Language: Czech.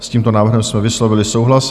S tímto návrhem jsme vyslovili souhlas.